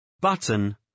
Button